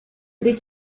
this